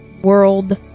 world